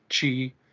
chi